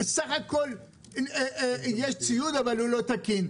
יש ציוד, אבל הוא לא תקין.